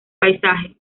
paisaje